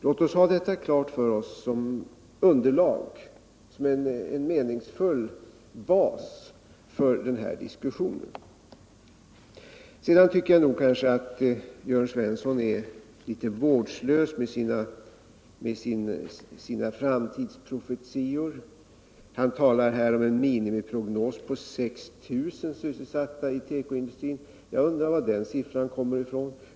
Låt oss ha detta klart för oss som en meningsfull bas för den här diskussionen. Jag tycker nog att Jörn Svensson är litet vårdslös med sina framtidsprofetior. Han talar här om en minimiprognos på 6 000 sysselsatta i tekoindustrin. Jag undrar var den siffran kommer ifrån.